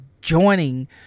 joining